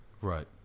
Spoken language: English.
Right